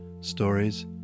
Stories